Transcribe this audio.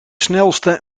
snelste